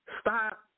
Stop